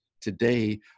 today